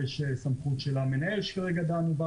ויש סמכות של המנהל שכרגע דנו בה,